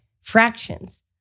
fractions